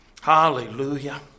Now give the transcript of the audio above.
Hallelujah